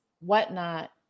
whatnot